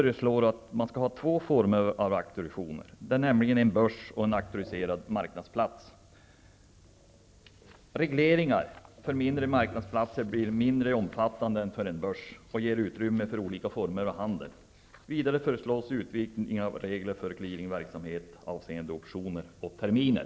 Regeringen föreslår två former av auktorisation, nämligen börs och auktoriserad marknadsplats. Regleringar för mindre marknadsplatser blir mindre omfattande än för börs och ger utrymme för olika former av handel. Vidare föreslås utvidgade regler för clearingverksamhet avseende optioner och terminer.